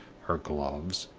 her gloves,